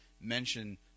mention